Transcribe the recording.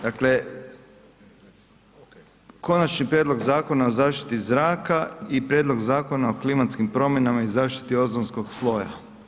Dakle Konačni prijedlog Zakona o zaštiti zraka i Prijedlog zakona o klimatskim promjenama i zaštiti ozonskog sloja.